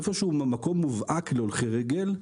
איפה שזה מקום מובהק להולכי רגל,